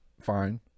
fine